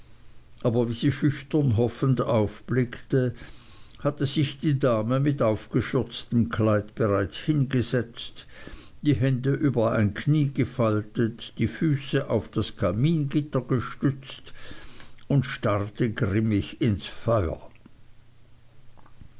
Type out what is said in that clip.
aber wie sie schüchtern hoffend aufblickte hatte sich die dame mit aufgeschürztem kleid bereits hingesetzt die hände über ein knie gefaltet die füße auf das kamingitter gestützt und starrte grimmig ins feuer